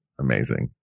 Amazing